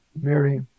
Mary